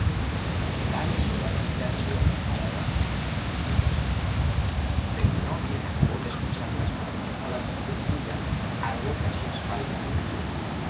tales o parecidas fueron las palabras que ana creyó oír pero no bien acabó de escucharlas cuando llamó la atención suya algo que a su espalda se decía